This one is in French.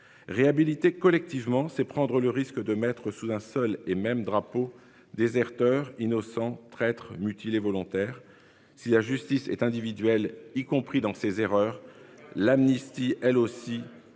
réhabiliter collectivement, c'est prendre le risque de mettre sous un seul et même drapeau déserteurs innocent traître mutilés volontaire si la justice est individuelle, y compris dans ses erreurs. L'amnistie elle aussi doit